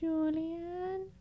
Julian